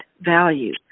value